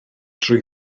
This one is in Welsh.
drwy